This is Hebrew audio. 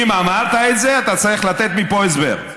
אם אמרת את זה, אתה צריך לתת מפה הסבר.